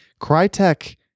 Crytek